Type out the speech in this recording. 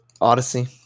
Odyssey